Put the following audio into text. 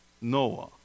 Noah